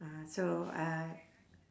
ah so uh